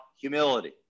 humility